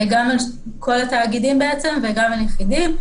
גם על כל התאגידים וגם על יחידים.